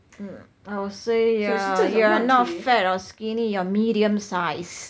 mm I will say you're you're not fat or skinny you're medium sized